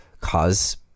cause